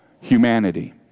humanity